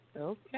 Okay